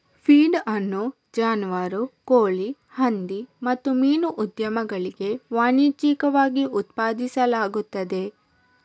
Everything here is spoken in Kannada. ಫೀಡ್ ಅನ್ನು ಜಾನುವಾರು, ಕೋಳಿ, ಹಂದಿ ಮತ್ತು ಮೀನು ಉದ್ಯಮಗಳಿಗೆ ವಾಣಿಜ್ಯಿಕವಾಗಿ ಉತ್ಪಾದಿಸಲಾಗುತ್ತದೆ